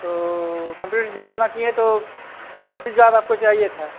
तो computer diploma किए हैं तो कौन सी जॉब आपको चाहिए था